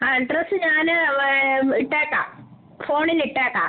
ആ അഡ്രസ്സ് ഞാൻ ഇട്ടേക്കാം ഫോണിൽ ഇട്ടേക്കാം